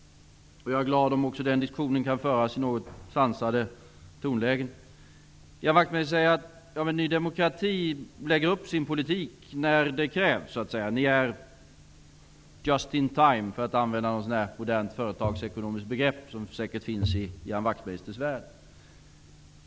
Jag är glad om också den diskussionen kan föras i ett något sansat tonläge. Ian Wachtmeister säger att Ny demokrati lägger upp sin politik när det krävs så att säga. Ni är ''just in time'' -- för att använda ett modernt företagsekonomiskt begrepp som säkert finns i Ian Wachtmeisters värld.